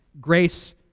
grace